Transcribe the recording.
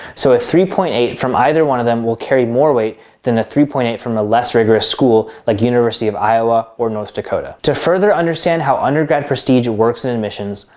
so a three point eight from either one of them will carry more weight than a three point eight from a less rigorous school like university of iowa or north dakota. to further understand how undergrad prestigious works in admissions,